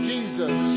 Jesus